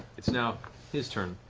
it's now his turn.